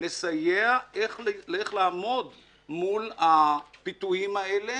הם לא מסוגלים להתמודד עם זה.